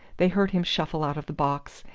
they heard him shuffle out of the box,